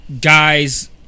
Guys